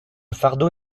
fardeau